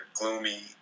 gloomy